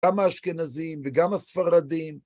גם האשכנזים וגם הספרדים